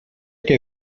què